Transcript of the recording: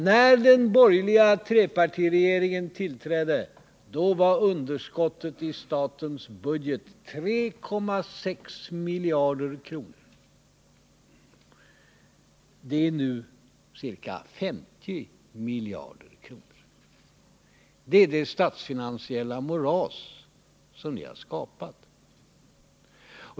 När den borgerliga trepartiregeringen tillträdde var underskottet i statens budget 3,6 miljarder kronor. Det är nu ca 50 miljarder kronor. Det är det statsfinansiella moras som ni har skapat.